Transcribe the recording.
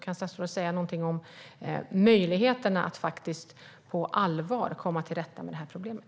Kan statsrådet säga något om möjligheterna att på allvar komma till rätta med problemet?